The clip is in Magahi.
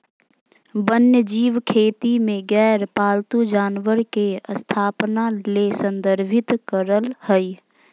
वन्यजीव खेती में गैर पालतू जानवर के स्थापना ले संदर्भित करअ हई